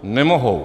Nemohou.